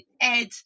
Ed